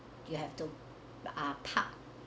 you have to ah park